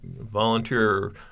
volunteer